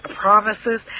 promises